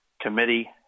committee